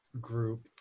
group